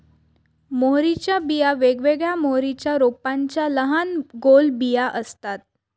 मोहरीच्या बिया वेगवेगळ्या मोहरीच्या रोपांच्या लहान गोल बिया असतात